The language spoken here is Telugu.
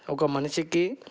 ఒక మనిసికి